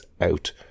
out